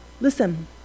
Listen